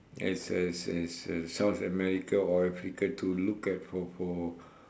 as as as as south america or africa to look at for for